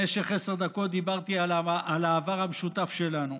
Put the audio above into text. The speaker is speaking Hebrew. במשך עשר דקות דיברתי על העבר המשותף שלנו.